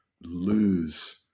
lose